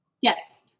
yes